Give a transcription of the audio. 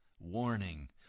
Warning